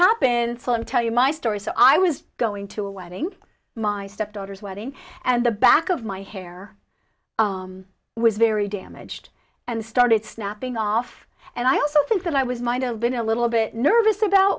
happened son tell you my story so i was going to a wedding my step daughter's wedding and the back of my hair was very damaged and started snapping off and i also think that i was might have been a little bit nervous about